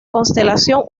cancelación